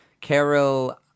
Carol